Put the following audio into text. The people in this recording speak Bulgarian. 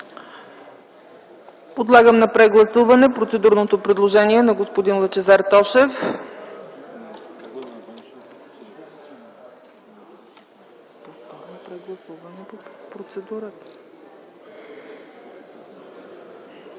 Подлагам на прегласуване процедурното предложение на господин Лъчезар Тошев.